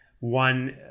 One